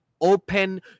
open